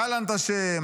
גלנט אשם,